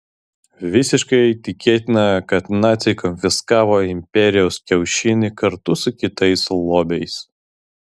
visiškai tikėtina kad naciai konfiskavo imperijos kiaušinį kartu su kitais lobiais